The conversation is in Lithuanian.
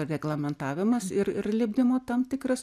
reglamentavimas ir ir lipdymo tam tikras